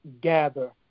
gather